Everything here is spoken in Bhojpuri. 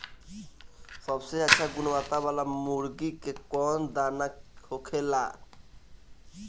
सबसे अच्छा गुणवत्ता वाला मुर्गी के कौन दाना होखेला?